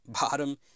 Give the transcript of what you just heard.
bottom